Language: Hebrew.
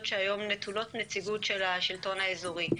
שהיום נטולות נציגות של השלטון האזורי.